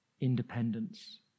independence